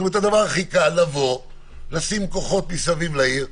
הדבר הכי קל זה לשים כוחות מסביב לעיר,